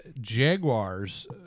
Jaguars